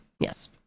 Yes